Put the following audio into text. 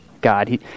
God